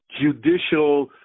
judicial